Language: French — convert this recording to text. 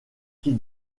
qui